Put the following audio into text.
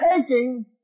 taking